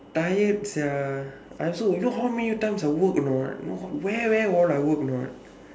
tired sia I also you know how many times I work or not you know how where where what I work or not